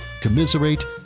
commiserate